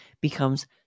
becomes